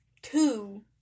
Two